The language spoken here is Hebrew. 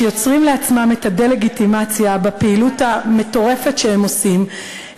שיוצרים לעצמם את הדה-לגיטימציה בפעילות המטורפת שהם עושים,